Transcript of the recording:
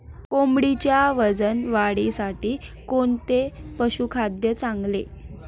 कोंबडीच्या वजन वाढीसाठी कोणते पशुखाद्य चांगले?